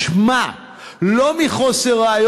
השר אורי